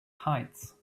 heights